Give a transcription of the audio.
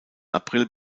april